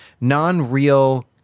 non-real